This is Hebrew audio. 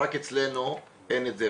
רק אצלנו אין את זה,